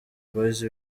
boys